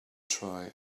try